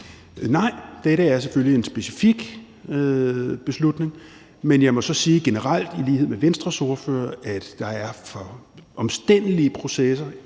Nej, dette er selvfølgelig en specifik beslutning. Men jeg må så sige, i lighed med Venstres ordfører, at der generelt er for omstændelige processer